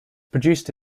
produced